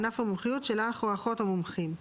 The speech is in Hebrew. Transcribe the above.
המומחיות של האח או האחות המומחים,